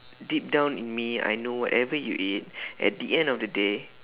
deep down in me I know whatever you eat at the end of the day